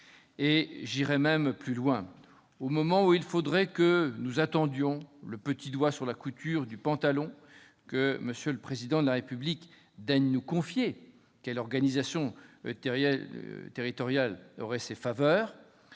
J'irai même plus loin : au moment où il faudrait que nous attendions, le petit doigt sur la couture du pantalon, que M. le Président de la République daigne nous confier quelle organisation territoriale aurait ses faveurs,